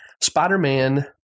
Spider-Man